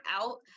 out